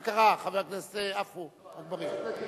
מה קרה, חבר הכנסת עפו אגבאריה?